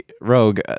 rogue